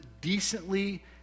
decently